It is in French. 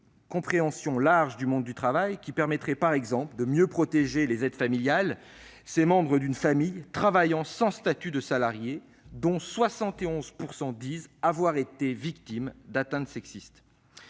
compréhension large du monde du travail. Elle permettrait, par exemple, de mieux protéger les aides familiales, ces membres d'une famille travaillant sans statut salarié, dont 71 % disent avoir été victimes d'atteintes sexistes.